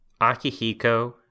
Akihiko